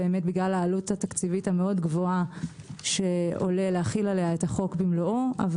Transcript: בגלל העלות התקציבית המאוד גבוהה שעולה להחיל עליה את החוק במלואו אבל